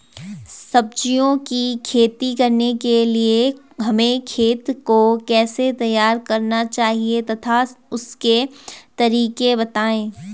सब्जियों की खेती करने के लिए हमें खेत को कैसे तैयार करना चाहिए तथा उसके तरीके बताएं?